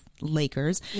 Lakers